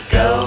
go